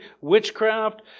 witchcraft